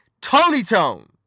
Tony-Tone